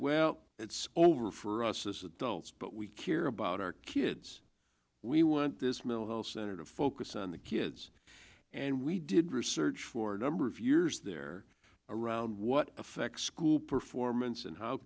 well it's over for us as adults but we care about our kids we want this middle center to focus on the kids and we did research for a number of years there around what effect school performance and how